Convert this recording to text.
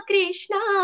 Krishna